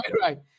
right